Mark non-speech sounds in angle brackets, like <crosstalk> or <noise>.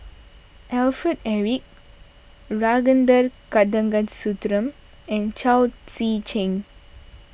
Alfred Eric <unintelligible> Kanagasuntheram and Chao Tzee Cheng